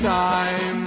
time